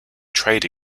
trade